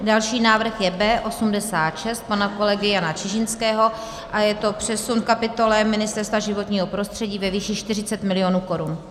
Další návrh je B86 pana kolegy Jana Čižinského a je to přesun v kapitole Ministerstva životního prostředí ve výši 40 mil. korun.